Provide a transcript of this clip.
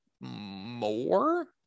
more